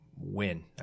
win